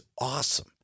awesome